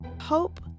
hope